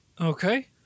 Okay